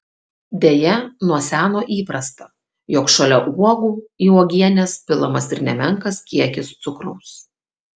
deja nuo seno įprasta jog šalia uogų į uogienes pilamas ir nemenkas kiekis cukraus